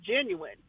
genuine